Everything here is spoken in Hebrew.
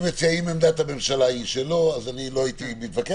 אם עמדת הממשלה היא שלא, אני לא הייתי מתווכח.